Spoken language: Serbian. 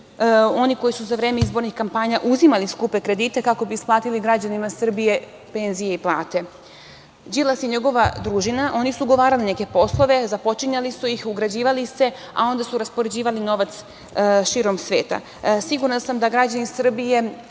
Oni koji su za vreme izbornih kampanja uzimali skupe kredite kako bi isplatili građanima Srbije penzije i plate. Đilas i njegova družina, oni su ugovarali neke poslove, započinjali su ih, ugrađivali se, a onda su raspoređivali novac širom sveta. Sigurna sam da građani Srbije